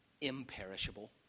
imperishable